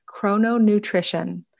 chrononutrition